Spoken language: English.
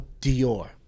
Dior